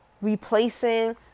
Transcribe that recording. replacing